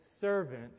servant